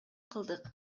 кылдык